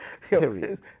Period